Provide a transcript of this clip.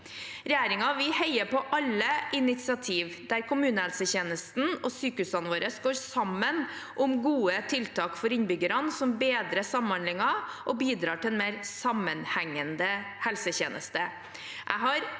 Re gjeringen heier på alle initiativ der kommunehelsetjenesten og sykehusene våre går sammen om gode tiltak for innbyggerne som bedrer samhandlingen og bidrar til en mer sammenhengende helsetjeneste.